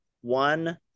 one